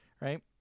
right